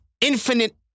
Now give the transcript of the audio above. infinite